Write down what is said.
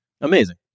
amazing